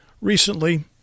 Recently